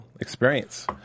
experience